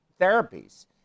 therapies